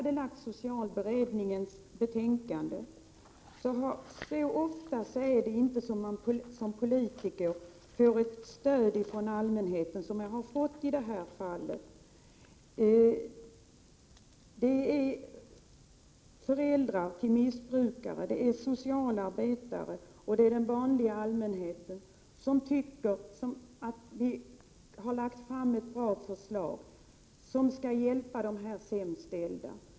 Det är inte ofta som man som politiker får ett sådant stöd från allmänheten som vi fick när vi hade lagt fram socialberedningens betänkande. Föräldrar till missbrukare, liksom socialarbetare och allmänheten tycker att vi har lagt fram ett bra förslag, som skall hjälpa de sämst ställda.